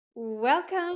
Welcome